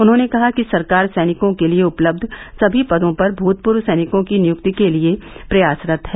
उन्हॉने कहा कि सरकार सैनिकों के लिए उपलब्ध सभी पदों पर भूतपूर्व सैनिकों की नियुक्ति के लिए प्रयासरत है